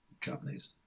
companies